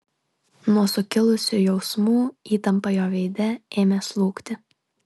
nuo sukilusių jausmų įtampa jo veide ėmė slūgti